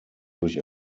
durch